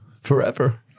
forever